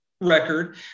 record